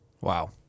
Wow